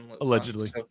Allegedly